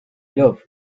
love